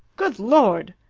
good lord!